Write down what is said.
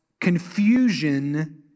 confusion